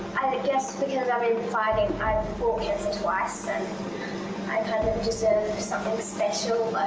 guess because i've been fighting, i've fought cancer twice and i kind of deserve something special.